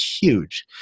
huge